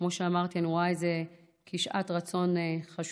כמו שאמרתי, אני רואה את זה כשעת רצון חשובה.